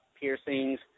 piercings